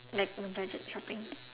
like budget shopping